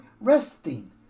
resting